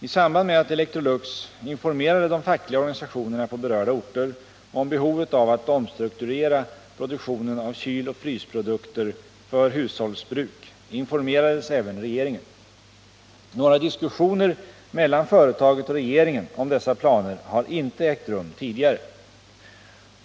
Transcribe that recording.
I samband med att Electrolux informerade de fackliga organisationerna på berörda orter om behovet av att omstrukturera produktionen av kyloch frysprodukter för hushållsbruk informerades även regeringen. Några diskussioner mellan företaget och regeringen om dessa planer har inte ägt rum tidigare.